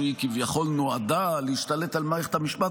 שהיא כביכול נועדה להשתלט על מערכת המשפט,